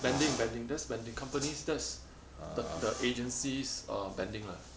banding banding that's banding companies that's the the agency's banding ah